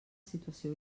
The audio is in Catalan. situació